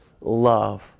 love